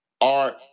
art